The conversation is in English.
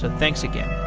thanks again